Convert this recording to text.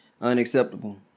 unacceptable